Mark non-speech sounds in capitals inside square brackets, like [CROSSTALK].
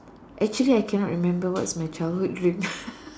actually I cannot remember what's my childhood dream [LAUGHS]